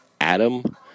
Adam